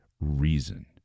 Reason